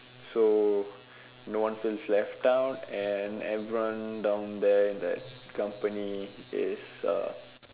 so no one feels left out and everyone down there in that company is uh